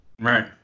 Right